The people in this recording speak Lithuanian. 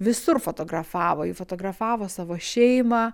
visur fotografavo ji fotografavo savo šeimą